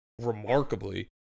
remarkably